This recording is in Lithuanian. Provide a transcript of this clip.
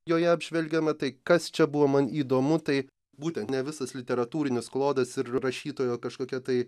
joje apžvelgiama tai kas čia buvo man įdomu tai būtent ne visas literatūrinis klodas ir rašytojo kažkokia tai